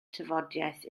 tafodiaith